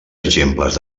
exemples